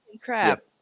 crap